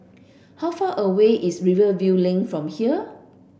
how far away is Rivervale Lane from here